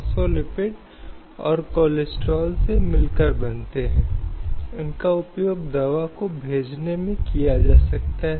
इसलिए पुरुषों और महिलाओं के बीच भेदभाव का कोई रूप नहीं हो सकता है